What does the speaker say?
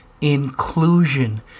inclusion